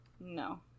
No